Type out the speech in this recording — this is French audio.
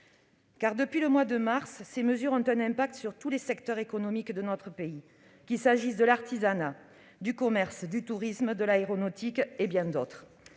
Depuis le mois de mars, ces mesures ont un impact sur tous les secteurs économiques de notre pays, qu'il s'agisse de l'artisanat, du commerce, du tourisme, de l'aéronautique, et de bien d'autres